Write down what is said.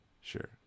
Sure